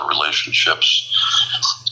relationships